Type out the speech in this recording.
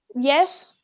yes